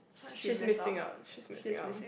she is missing out she is missing out